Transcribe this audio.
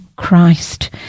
Christ